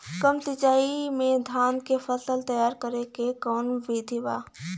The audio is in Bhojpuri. कम सिचाई में धान के फसल तैयार करे क कवन बिधि बा?